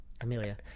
amelia